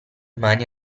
mani